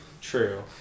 true